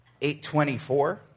824